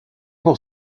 pour